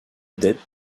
vedette